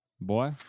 Boy